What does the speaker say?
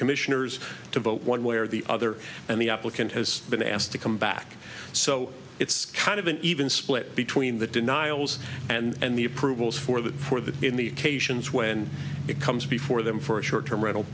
commissioners to vote one way or the other and the applicant has been asked to come back so it's kind of an even split between the denials and the approvals for the for the in the u k sions when it comes before them for a short term rental